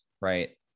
right